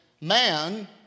man